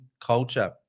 culture